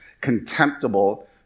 contemptible